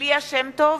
ליה שמטוב,